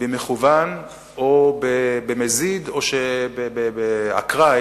במכוון או במזיד או באקראי,